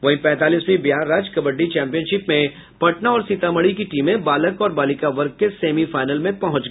वहीं पैंतालीसवीं बिहार राज्य कबड्डी चैम्पियनशिप में पटना और सीतामढ़ी की टीमे बालक और बालिका वर्ग के सेमीफाइनल में पहुंच गयी है